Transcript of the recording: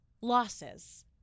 losses